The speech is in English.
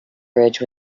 bridge